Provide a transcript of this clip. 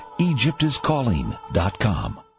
EgyptIsCalling.com